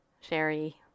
Sherry